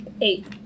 Eight